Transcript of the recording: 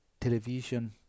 television